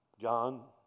John